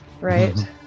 Right